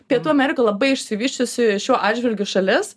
pietų amerika labai išsivysčiusi šiuo atžvilgiu šalis